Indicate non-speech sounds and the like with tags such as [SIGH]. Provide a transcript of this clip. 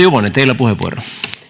[UNINTELLIGIBLE] juvonen teillä puheenvuoro